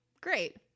great